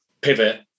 pivot